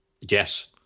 Yes